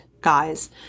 guys